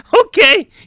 Okay